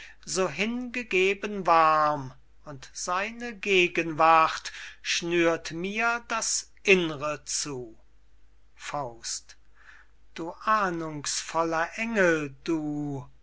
so hingegeben warm und seine gegenwart schnürt mir das inn're zu du ahndungsvoller engel du